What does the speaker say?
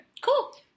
Cool